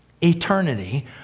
Eternity